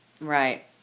right